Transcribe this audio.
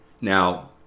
Now